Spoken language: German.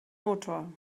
motor